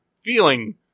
feeling